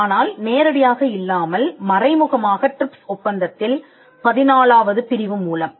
ஆனால் நேரடியாக இல்லாமல் மறைமுகமாக ட்ரிப்ஸ் ஒப்பந்தத்தில் 14 ஆவது பிரிவு மூலம்